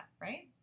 right